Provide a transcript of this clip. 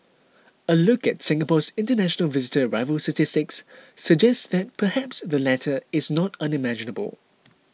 a look at Singapore's international visitor arrival statistics suggest that perhaps the latter is not unimaginable